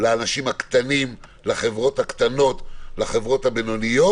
לאנשים הקטנים, לחברות הקטנות, לחברות הבינוניות.